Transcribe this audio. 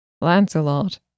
Lancelot